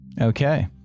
Okay